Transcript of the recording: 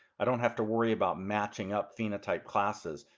i don't have to worry about matching up phenotype classes.